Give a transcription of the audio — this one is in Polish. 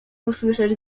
usłyszeć